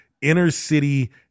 inner-city